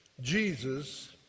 Jesus